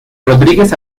rodríguez